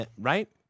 right